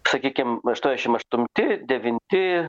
sakykim aštuoniasdešim aštunti devinti